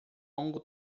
longo